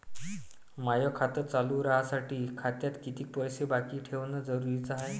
माय खातं चालू राहासाठी खात्यात कितीक पैसे बाकी ठेवणं जरुरीच हाय?